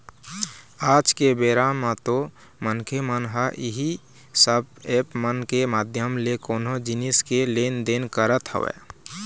आज के बेरा म तो मनखे मन ह इही सब ऐप मन के माधियम ले कोनो जिनिस के लेन देन करत हवय